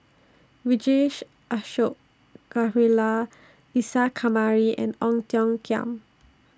Vijesh Ashok Ghariwala Isa Kamari and Ong Tiong Khiam